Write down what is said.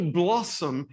blossom